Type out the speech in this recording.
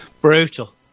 Brutal